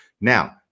Now